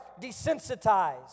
desensitized